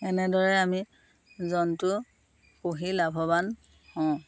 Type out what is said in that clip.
এনেদৰে আমি জন্তু পুহি লাভৱান হওঁ